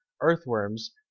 earthworms